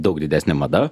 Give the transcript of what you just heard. daug didesnė mada